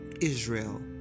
Israel